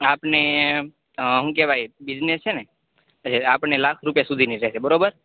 આપને શું હું કેવાય બિઝનેસ છે ને એ આપણને લાખ રૂપિયા સુધીની રેશે બરોબર